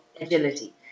agility